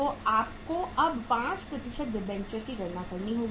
तो आपको अब 5 डिबेंचर की गणना करनी होगी